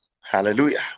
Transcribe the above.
hallelujah